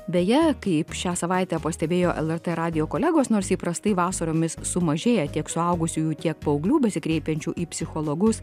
beje kaip šią savaitę pastebėjo lrt radijo kolegos nors įprastai vasaromis sumažėja tiek suaugusiųjų tiek paauglių besikreipiančių į psichologus